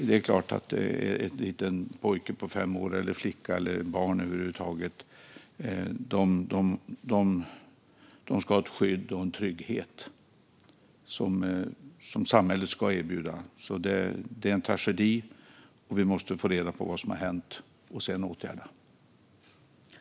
Det är klart att en femårig pojke, en flicka eller barn över huvud taget ska ha skydd och en trygghet som samhället ska erbjuda. Det är en tragedi, och vi måste få reda på vad som har hänt och sedan åtgärda det.